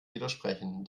widersprechen